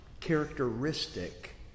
characteristic